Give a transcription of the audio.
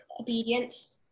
obedience